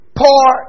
poor